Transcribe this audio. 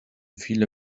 viele